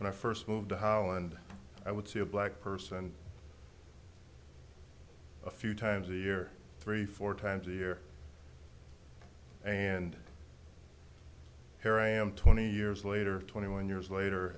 when i first moved to holland i would see a black person a few times a year three four times a year and here i am twenty years later twenty one years later